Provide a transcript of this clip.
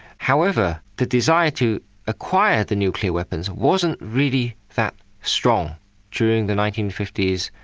however, the desire to acquire the nuclear weapons wasn't really that strong during the nineteen fifty s,